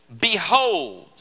Behold